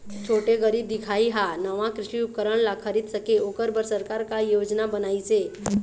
छोटे गरीब दिखाही हा नावा कृषि उपकरण ला खरीद सके ओकर बर सरकार का योजना बनाइसे?